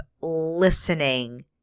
listening